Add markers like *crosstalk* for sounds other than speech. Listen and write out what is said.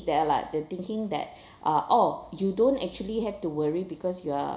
there lah like the thinking that *breath* uh oh you don't actually have to worry because you are